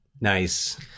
Nice